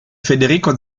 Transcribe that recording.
federico